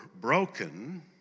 broken